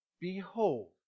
Behold